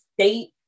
state